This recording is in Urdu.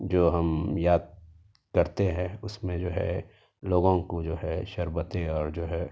جو ہم یاد کرتے ہیں اس میں جو ہے لوگوں کو جو ہے شربتیں اور جو ہے